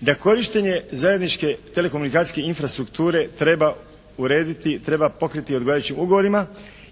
da korištenje zajedničke telekomunikacijske infrastrukture treba urediti, treba pokriti odgovarajućim ugovorima